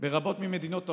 ברבות ממדינות העולם,